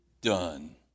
done